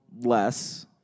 less